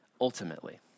ultimately